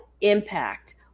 impact